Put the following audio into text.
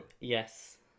Yes